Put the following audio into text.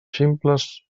ximples